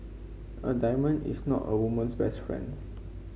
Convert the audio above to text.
a diamond is not a woman's best friend